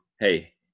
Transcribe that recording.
Hey